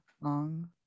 long